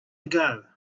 ago